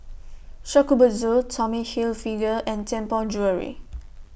Shokubutsu Tommy Hilfiger and Tianpo Jewellery